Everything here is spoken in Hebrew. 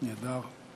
נהדר.